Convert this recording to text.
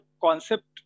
concept